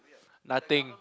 nothing